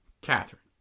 Catherine